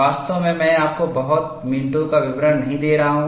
वास्तव में मैं आपको बहुत मिनटों का विवरण नहीं दे रहा हूं